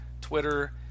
Twitter